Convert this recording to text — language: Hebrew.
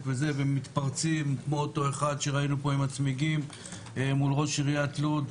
והם מתפרצים כמו אותו אחד שראינו פה עם הצמיגים מול ראש עיריית לוד,